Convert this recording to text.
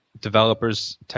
developers